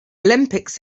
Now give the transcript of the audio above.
olympics